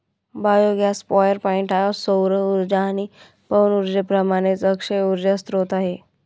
biogas power point हा सौर उर्जा आणि पवन उर्जेप्रमाणेच अक्षय उर्जा स्त्रोत आहे